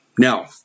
Now